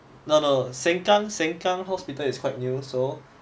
no no sengkang sengkang hospital is quite new so